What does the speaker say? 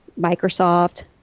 Microsoft